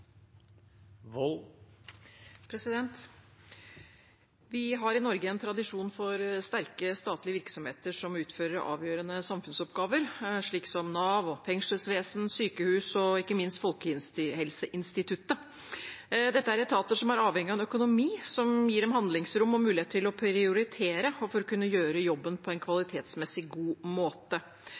Vi har i Norge en tradisjon for sterke statlige virksomheter som utfører avgjørende samfunnsoppgaver, slik som Nav, fengselsvesen, sykehus og ikke minst Folkehelseinstituttet. Dette er etater som er avhengige av en økonomi som gir dem handlingsrom og mulighet til å prioritere for å kunne gjøre jobben på en kvalitetsmessig god måte.